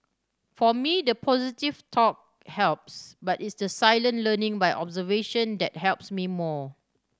for me the positive talk helps but it's the silent learning by observation that helps me more